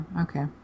Okay